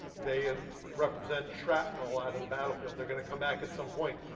they represent shrapnel out of the battlefield. they're gonna come back at some point.